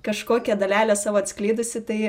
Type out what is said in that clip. kažkokią dalelę savo atskleidusi tai